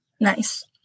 Nice